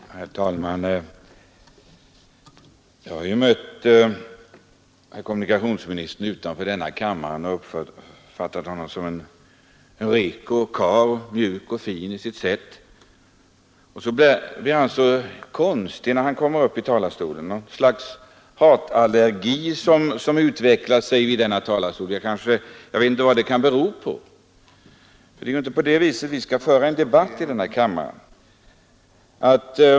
Herr talman! Jag har ju mött herr kommunikationsministern utanför denna kammare och har då uppfattat honom som en reko karl, mjuk och fin i sitt sätt. Och så blir han så konstig när han kommer upp i talarstolen — det är något slags hatallergi som utvecklar sig här. Jag vet inte vad det kan bero på. Det är ju inte på det sättet vi skall föra en debatt i denna kammare.